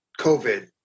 covid